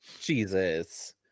Jesus